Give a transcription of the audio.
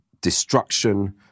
destruction